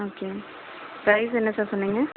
okay price என்ன sir சொன்னீங்க